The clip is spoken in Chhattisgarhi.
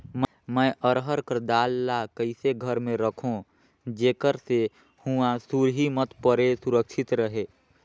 मैं अरहर कर दाल ला कइसे घर मे रखों जेकर से हुंआ सुरही मत परे सुरक्षित रहे?